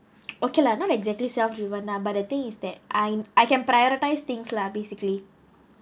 okay lah not exactly self driven lah but the thing is that I'm I can prioritise things lah basically